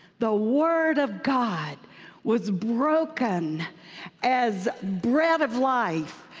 the word of god was broken as bread of life,